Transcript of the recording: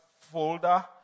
folder